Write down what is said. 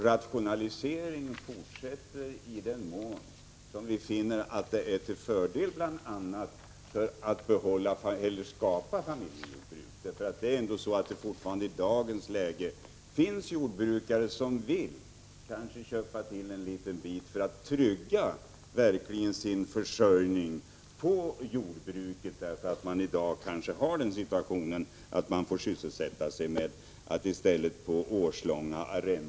Rationaliseringen fortsätter i den mån som vi finner är till fördel bl.a. för att skapa familjejordbruk. I dagens läge finns det fortfarande jordbrukare som vill köpa ytterligare en bit mark för att trygga sin försörjning inom jordbruket. Dessa jordbrukare får i dag försörja sig med hjälp av årslånga arrenden.